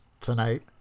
tonight